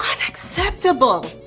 unacceptable!